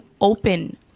open